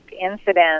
incidents